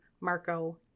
Marco